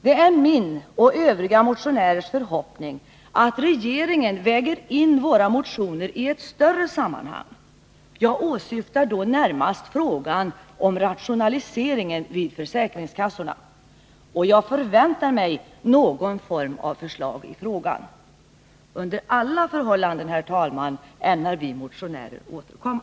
Det är min och övriga motionärers förhoppning, att regeringen väger in våra motioner i ett större sammanhang — jag åsyftar då närmast frågan om rationaliseringen vid försäkringskassorna — och jag förväntar mig någon form av förslag i frågan. Under alla förhållanden, herr talman, ämnar vi motionärer återkomma.